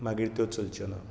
मागीर त्यो चलच्यो ना